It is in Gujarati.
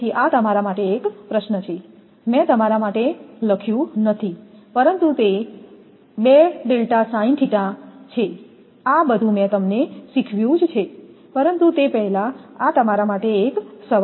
તેથી આ તમારા માટે એક પ્રશ્ન છે મેં તમારા માટે લખ્યું નથી પરંતુ તે θ આ બધું મેં તમને શીખવ્યું છે પરંતુ તે પહેલાં આ તમારા માટે એક સવાલ છે